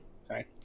Sorry